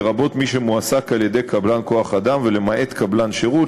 לרבות מי שמועסק על-ידי קבלן כוח-אדם ולמעט קבלן שירות.